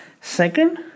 Second